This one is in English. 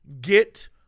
get